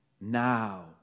now